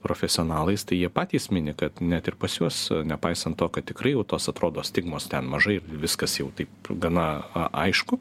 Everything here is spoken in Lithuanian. profesionalais tai jie patys mini kad net ir pas juos nepaisant to kad tikrai jau tos atrodo stigmos ten mažai viskas jau taip gana a aišku